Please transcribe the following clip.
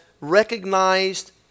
recognized